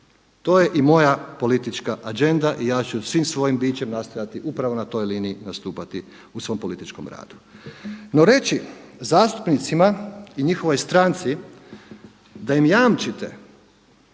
To je i moja politička Agenda i ja ću svim svojim bićem nastojati upravo na toj liniji nastupati u svom političkom radu. No reći zastupnicima i njihovoj stranci da im jamčite